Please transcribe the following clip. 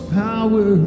power